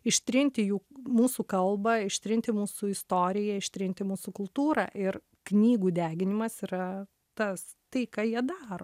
ištrinti jų mūsų kalbą ištrinti mūsų istoriją ištrinti mūsų kultūrą ir knygų deginimas yra tas tai ką jie daro